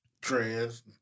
trans